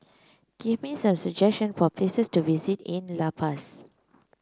give me some suggestion for places to visit in La Paz